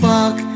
Fuck